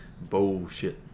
bullshit